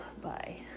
Bye